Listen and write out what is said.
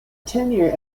tenure